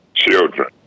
children